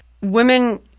Women